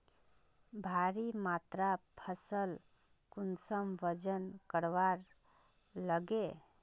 भारी मात्रा फसल कुंसम वजन करवार लगे?